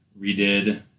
redid